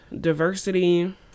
diversity